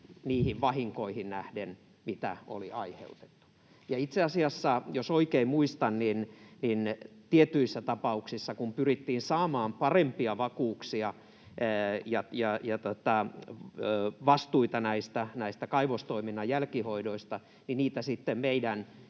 niihin vahinkoihin nähden, mitä oli aiheutettu. Itse asiassa, jos oikein muistan, kun tietyissä tapauksissa pyrittiin saamaan parempia vakuuksia ja vastuita näihin kaivostoiminnan jälkihoitoihin, niin niitä sitten meidän